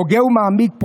הוגה ומעמיק,